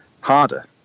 harder